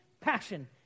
passion